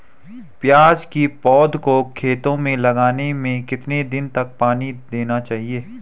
प्याज़ की पौध को खेतों में लगाने में कितने दिन तक पानी देना चाहिए?